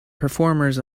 performers